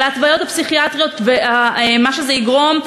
על ההתוויות הפסיכיאטריות ומה שזה יגרום,